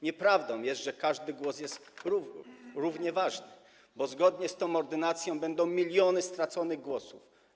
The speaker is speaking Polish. Nieprawdą jest, że każdy głos jest równie ważny, bo zgodnie z tą ordynacją będą miliony straconych głosów.